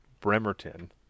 Bremerton